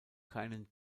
keinen